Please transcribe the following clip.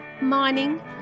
Mining